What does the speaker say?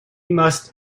must